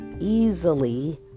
easily